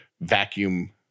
vacuum